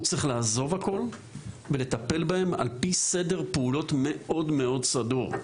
הוא צריך לעזוב הכל ולטפל בהם על פי סדר פעולות מאוד מאוד סדור.